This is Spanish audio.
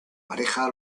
pareja